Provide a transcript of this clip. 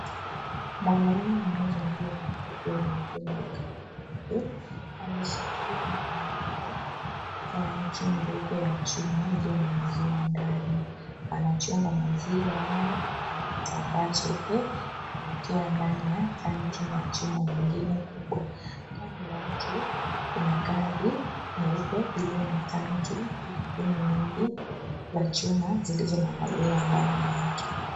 Mwanmume mmoja aliyevaa kofia nyeupe na kanzu nyeupe ameshikilia mikononi tanki ndogo ya chuma iliyo na maziwa ndani. Anachumga maziwa haya kutumia kitambaa cheupe kuelekea ndani ya tanki la chuma nyingine kubwa. Kando yake kuna gari nyeupe iliyo na tanki zingine nyingi za chuma zilizongang'aniwa ndani yake.